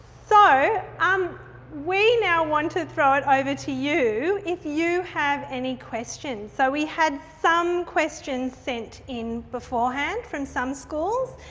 so, um we now want to throw it over to you if you have any questions. so, we had some questions sent in beforehand from some schools.